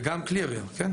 וגם כלי ירייה, כן.